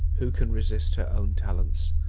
who can resist her own talents?